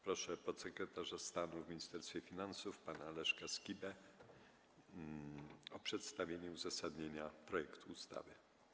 Proszę podsekretarza stanu w Ministerstwie Finansów pana Leszka Skibę o przedstawienie uzasadnienia projektu ustawy.